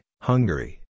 Hungary